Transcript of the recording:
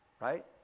right